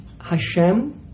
Hashem